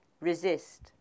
Resist